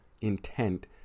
intent